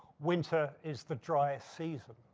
winter is the driest season.